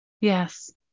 Yes